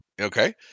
Okay